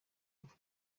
avuga